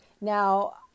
Now